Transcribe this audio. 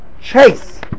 chase